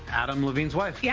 adam lavigne's life. yeah